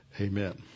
Amen